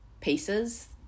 pieces